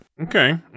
Okay